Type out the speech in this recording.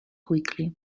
quickly